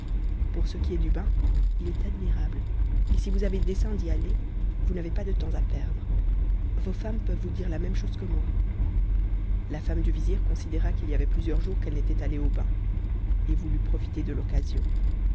pour ce qui est du bain il est admirable et si vous avez dessein d'y aller vous n'avez pas de temps à perdre vos femmes peuvent vous dire la même chose que moi la femme du vizir considéra qu'il y avait plusieurs jours qu'elle n'était allée au bain et voulut profiter de l'occasion